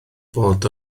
bod